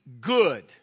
good